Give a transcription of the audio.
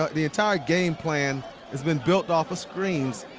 ah the entire game plan has been built off screens.